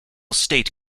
state